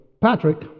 Patrick